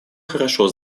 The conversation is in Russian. хорошо